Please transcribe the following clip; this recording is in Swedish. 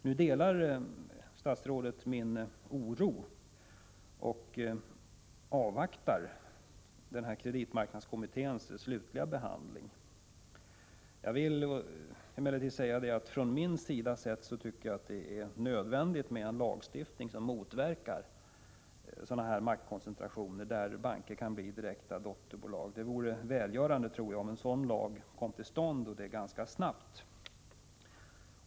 Nu delar statsrådet min oro och avvaktar kreditmarknadskommitténs slutliga behandling av frågan. Jag vill emellertid säga att det från min sida sett är nödvändigt med en lagstiftning som motverkar maktkoncentration, där banker kan bli direkta dotterbolag. Jag tror att det vore välgörande om en = Prot. 1985/86:61 sådan lag kom till stånd ganska snart.